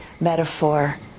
metaphor